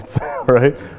right